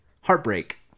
heartbreak